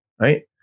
right